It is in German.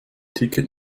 ticket